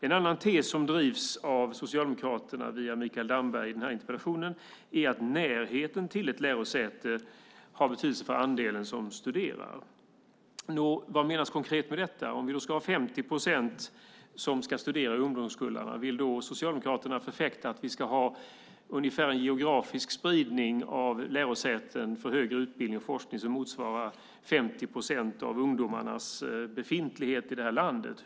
En annan tes som drivs av Socialdemokraterna via Mikael Damberg i denna interpellation är att närheten till ett lärosäte har betydelse för hur stor andel som studerar. Nå, vad menas konkret med detta? Om 50 procent i ungdomskullarna ska studera, vill Socialdemokraterna då förfäkta att vi ska ha en geografisk spridning av lärosäten för högre utbildning och forskning som motsvarar ungefär 50 procent i fråga om ungdomarnas befintlighet i detta land?